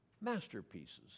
masterpieces